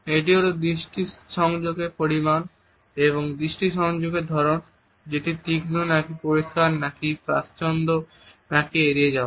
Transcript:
এটি হলো দৃষ্টি সংযোগের পরিমাণ এবং দৃষ্টি সংযোগের ধরন সেটি তীক্ষ্ণ নাকি পরিষ্কার নাকি প্রান্তস্থ নাকি এড়িয়ে যাওয়া